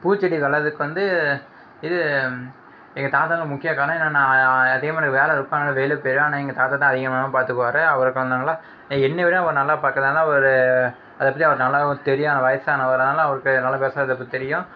பூச்செடி வளர்றதுக்கு வந்து இது எங்கள் தாத்தாதான் முக்கியக் காரணம் ஏன்னால் நான் அதிகமாக எனக்கு வேலை இருக்கும் அதனாலே வெளியே போயிடுவேன் ஆனால் எங்கள் தாத்தாதான் அதிகமான நேரம் பார்த்துக்குவாரு அவர் கொஞ்சம் நல்லா என்னை விட அவர் நல்லா பார்க்கறனால அவர் அதை பற்றி அவர் நல்லாவும் தெரியும் ஆனால் வயசானவர் அதனாலே அவருக்கு நல்லா விவசாயத்தை பற்றி தெரியும்